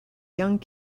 young